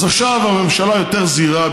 אז עכשיו הממשלה יותר זהירה,